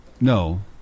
No